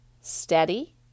steady